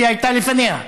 כי היא הייתה לפניה.